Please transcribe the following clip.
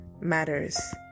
matters